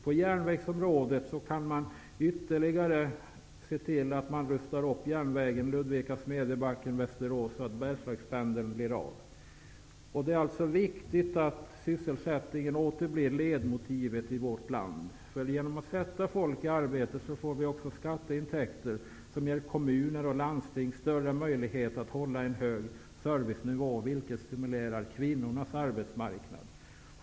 På järnvägsområdet kan man se till att ytterligare rusta upp järnvägen Ludvika--Smedjebacken-- Det är viktigt att sysselsättningen åter blir ledmotivet i vårt land. Genom att sätta folk i arbete får vi också skatteintäkter som ger kommuner och landsting större möjligheter att hålla en hög servicenivå, vilket stimulerar kvinnornas arbetsmarknad.